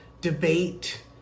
debate